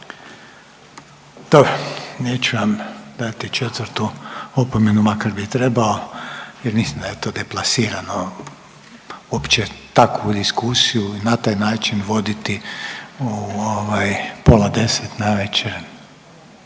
Neću vam dati četvrtu opomenu, makar bih trebao jer mislim da je to deplasirano uopće takvu diskusiju na taj način voditi u pola 10 navečer,